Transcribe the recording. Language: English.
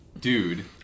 dude